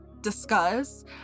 discuss